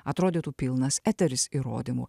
atrodytų pilnas eteris įrodymų